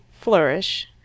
flourish